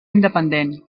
independent